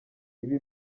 ibi